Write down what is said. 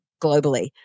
globally